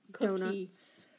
Donuts